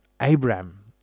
Abraham